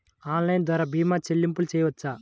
Online ద్వార భీమా చెల్లింపులు చేయవచ్చా?